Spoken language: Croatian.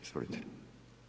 Izvolite.